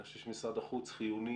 אני חושב שמשרד החוץ חיוני,